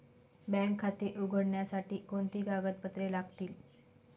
Bank खाते उघडण्यासाठी कोणती कागदपत्रे लागतील?